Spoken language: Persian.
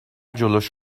جلوش